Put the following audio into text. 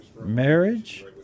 marriage